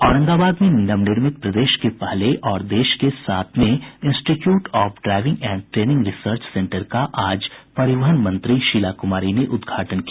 औरंगाबाद में नवनिर्मित प्रदेश के पहले और देश के सातवें institute of driving and training research centre का आज परिवहन मंत्री शीला कुमारी ने उद्घाटन किया